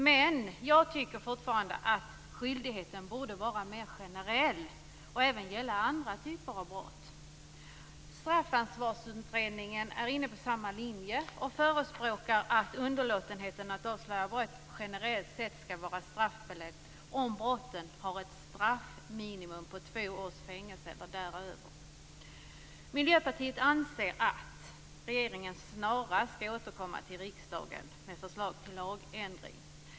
Men jag tycker fortfarande att skyldigheten borde vara mer generell och även gälla andra typer av brott. Straffansvarsutredningen är inne på samma linje och förespråkar att underlåtenhet att avslöja brott generellt sett skall vara straffbelagt om brottet har ett straffminimum på två års fängelse eller däröver. Miljöpartiet anser att regeringen snarast skall återkomma till riksdagen med förslag till lagändring.